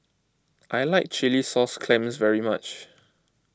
I like Chilli Sauce Clams very much